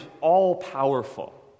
all-powerful